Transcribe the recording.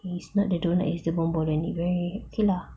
it's not the doughnut it's the bomboloni very okay lah